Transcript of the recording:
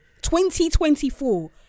2024